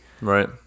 Right